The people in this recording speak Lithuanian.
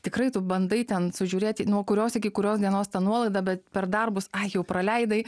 tikrai tu bandai ten sužiūrėti nuo kurios iki kurios dienos ta nuolaida bet per darbus jau praleidai